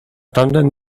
tamten